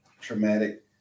traumatic